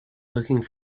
looking